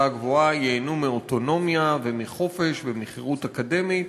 הגבוהה ייהנו מאוטונומיה ומחופש ומחירות אקדמית